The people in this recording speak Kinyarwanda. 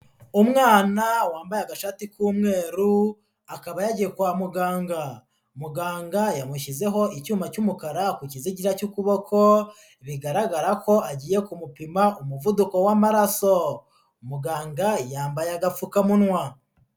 Umwana wambaye agashati k'umweru akaba yagiye kwa muganga, muganga yamushyizeho icyuma cy'umukara ku kizigira cy'ukuboko, bigaragara ko agiye kumupima umuvuduko w'amaraso, muganga yambaye agapfukamunwa.